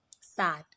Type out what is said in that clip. sad